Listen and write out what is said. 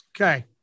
Okay